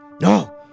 No